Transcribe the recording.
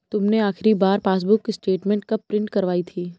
तुमने आखिरी बार पासबुक स्टेटमेंट कब प्रिन्ट करवाई थी?